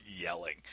yelling